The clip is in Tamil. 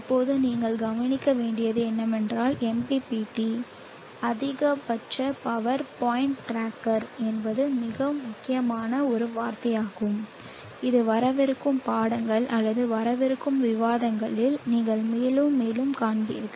இப்போது நீங்கள் கவனிக்க வேண்டியது என்னவென்றால் MPPT அதிகபட்ச பவர் பாயிண்ட் டிராக்கர் என்பது மிக முக்கியமான ஒரு வார்த்தையாகும் இது வரவிருக்கும் பாடங்கள் அல்லது வரவிருக்கும் விவாதங்களில் நீங்கள் மேலும் மேலும் காண்பீர்கள்